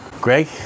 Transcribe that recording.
Greg